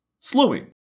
slowing